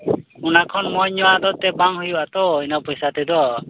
ᱚᱱᱟ ᱠᱷᱚᱱ ᱢᱚᱡᱽ ᱧᱚᱜᱟᱜ ᱫᱚ ᱮᱱᱛᱮᱫ ᱵᱟᱝ ᱦᱩᱭᱩᱜᱼᱟ ᱛᱚ ᱤᱱᱟᱹ ᱯᱚᱭᱥᱟ ᱛᱮᱫᱚ